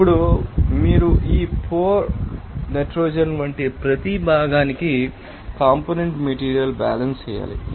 ఇప్పుడు ఆ తర్వాత మీరు ఈ పోర్ నైట్రోజన్ వంటి ప్రతి భాగానికి కాంపోనెంట్ మెటీరియల్ బ్యాలెన్స్ చేయాలి